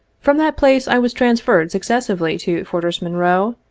from that place i was transferred successively to fortress monroe,